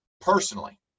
personally